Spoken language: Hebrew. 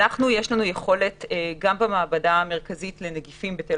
לנו יש יכולת גם במעבדה המרכזית לנגיפים בתל